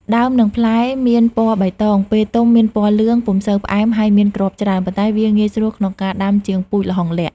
ដើម និងផ្លែមានពណ៌បៃតង ពេលទុំមានពណ៌លឿង ពុំសូវផ្អែមហើយមានគ្រាប់ច្រើន ប៉ុន្តែវាងាយស្រួលក្នុងការដាំជាងពូជល្ហុងលក្ខ័ ។